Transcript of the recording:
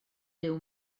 byw